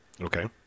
Okay